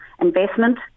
investment